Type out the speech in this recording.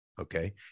Okay